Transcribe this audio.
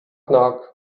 knock